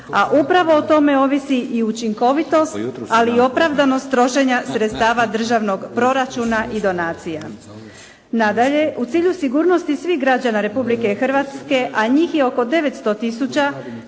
a upravo o tome ovisi i učinkovitost ali i opravdanost trošenja sredstava državnog proračuna i donacija. Nadalje, u cilju sigurnosti svih građana Republike Hrvatske, a njih je oko 900000